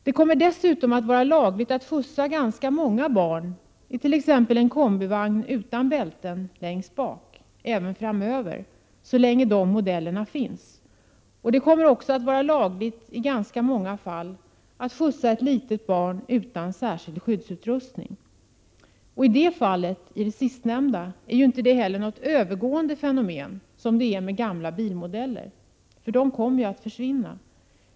Det kommer dessutom att även framöver vara lagligt att skjutsa ganska många barn t.ex. längst bak i en kombivagn utan bälten, så länge dessa bilmodeller finns. Och det kommer också i ganska många fall att vara lagligt att skjutsa ett litet barn utan särskild skyddsutrustning. Och i det senare fallet handlar det inte om något övergående fenomen, som det är när det gäller gamla bilmodeller, för dessa kommer ju att försvinna.